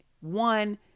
one